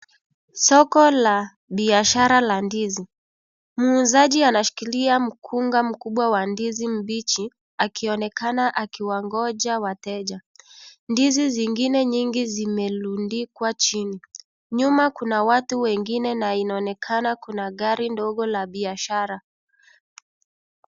Soko la biashara la ndizi. Mwuuzaji anashikilia mkunga mkubwa wa ndizi mbichi akionekana akiwangoja wateja. Ndizi zingine nyingi zimerundikwa chini. Nyuma kuna watu wengine na inaonekana kuna gari ndogo la biashara.